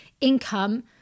income